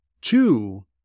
two